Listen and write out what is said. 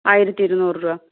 ആയിരത്തി ഇറുന്നൂറ് രൂപ